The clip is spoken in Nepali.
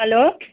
हेलो